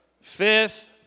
Fifth